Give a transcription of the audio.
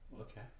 Okay